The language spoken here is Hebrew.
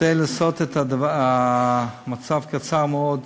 כדי לעשות את המצב קצר מאוד,